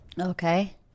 Okay